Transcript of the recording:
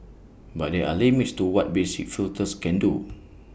but there are limits to what basic filters can do